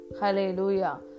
Hallelujah